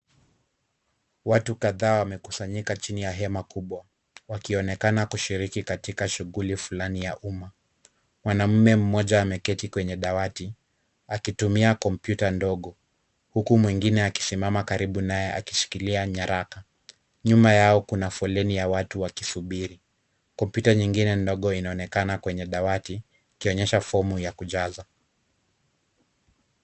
Watu kadhaa wamekusanyika chini ya hema kubwa, wakionekana kushiriki katika shughuli fulani ya umma. Mwanaume mmoja ameketi kwenye dawati, akitumia kompyuta ndogo, huku mwingine akisimama karibu naye akishikilia nyaraka. Nyuma yao kuna foleni ya watu, wakisubiri. Kompyuta nyingine inaonekana kwenye dawati, ikionyesha fomu ya kujaza.